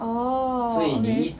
orh okay